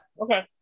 Okay